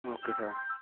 okay sir